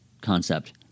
concept –